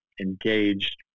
engaged